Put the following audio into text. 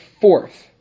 fourth